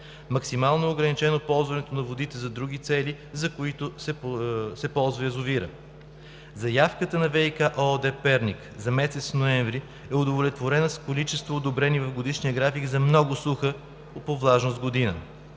максимално е ограничено ползването на води за други цели, за които се ползва язовирът. Заявката на „ВиК“ ООД – Перник, за месец ноември е удовлетворена с количество за много суха по влажност година,